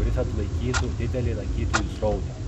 kuris atlaikytų didelį lankytojų srautą